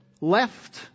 left